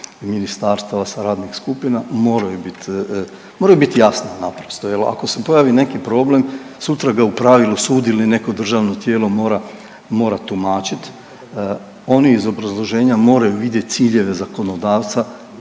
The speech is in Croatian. ministarstava sa radnih skupina moraju biti, moraju biti jasna naprosto. Evo, ako se pojavi neko problem sutra ga u pravilu sud ili neko državno tijelo mora, mora tumačiti. Oni iz obrazloženja moraju vidjeti ciljeve zakonodavca